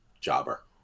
jobber